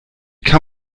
kann